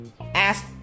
Ask